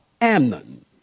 Amnon